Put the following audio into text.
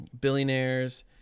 billionaires